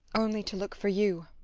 only to look for you.